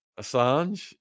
Assange